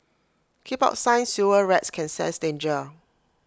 keep out sign sewer rats can sense danger